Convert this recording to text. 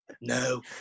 No